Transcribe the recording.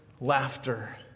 laughter